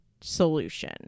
solution